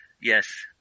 Yes